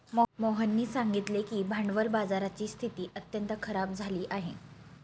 मोहननी सांगितले की भांडवल बाजाराची स्थिती अत्यंत खराब झाली आहे